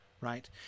right